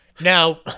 Now